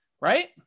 right